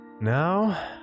Now